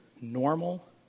normal